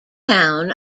town